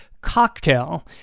cocktail